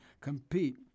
compete